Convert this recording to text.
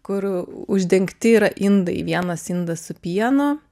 kur uždengti yra indai vienas indas su pienu